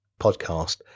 podcast